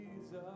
Jesus